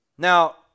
Now